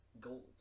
Gold